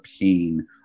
pain